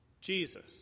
Jesus